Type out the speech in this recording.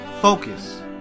Focus